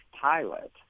pilot